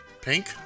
Pink